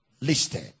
listed